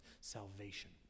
salvation